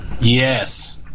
yes